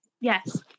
yes